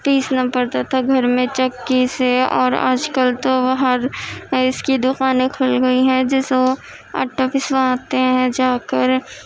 پیسنا پڑتا تھا گھر میں چکی سے اور آج کل تو ہر اس کی دوکانیں کھل گئی ہیں جس سے وہ آٹا پسواتے ہیں جا کر